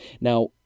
now